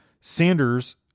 Sanders